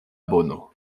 bono